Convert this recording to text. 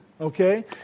okay